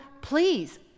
please